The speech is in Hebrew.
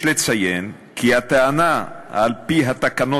יש לציין כי הטענה שעל-פיה התקנות